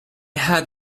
had